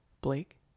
Blake